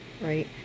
right